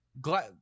glad